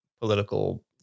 political